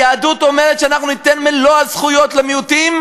היהדות אומרת שאנחנו ניתן את מלוא הזכויות למיעוטים,